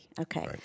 Okay